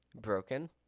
broken